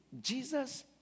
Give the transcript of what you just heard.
Jesus